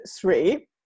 three